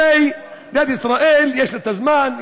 הרי מדינת ישראל יש לה את הזמן,